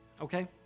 Okay